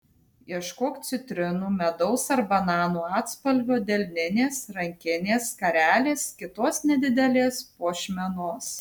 ieškok citrinų medaus ar bananų atspalvio delninės rankinės skarelės kitos nedidelės puošmenos